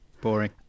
Boring